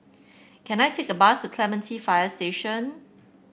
can I take a bus to Clementi Fire Station